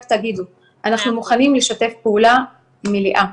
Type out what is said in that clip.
רק תגידו, אנחנו מוכנים לשתף פעולה מלאה.